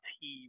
team